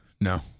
No